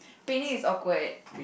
picnic is awkward